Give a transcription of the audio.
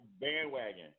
bandwagon